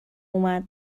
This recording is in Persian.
اومد